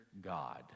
God